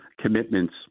commitments